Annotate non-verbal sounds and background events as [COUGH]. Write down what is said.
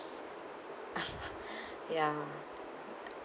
[LAUGHS] [BREATH] ya